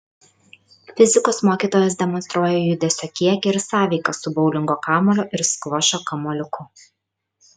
fizikos mokytojas demonstruoja judesio kiekį ir sąveiką su boulingo kamuoliu ir skvošo kamuoliuku